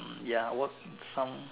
hmm ya what sound